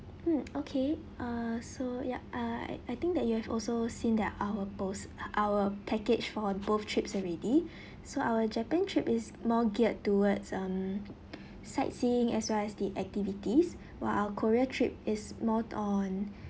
mm okay uh so yup uh I I think that you have also seen that our post uh our package for both trips already so our japan trip is more geared towards um sightseeing as well as the activities while our korea trip is more on